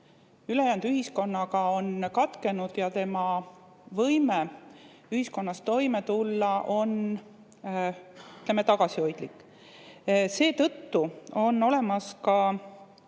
ülejäänud ühiskonnaga on katkenud ja tema võime ühiskonnas toime tulla on, ütleme, tagasihoidlik. Seetõttu on olemas